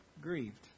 Grieved